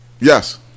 Yes